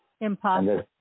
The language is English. Impossible